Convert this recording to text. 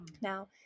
Now